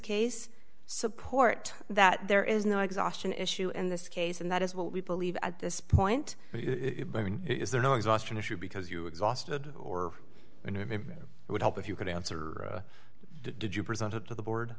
case support that there is no exhaustion issue in this case and that is what we believe at this point is there no exhaustion issue because you exhausted or and if it would help if you could answer did you present it to the board